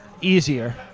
easier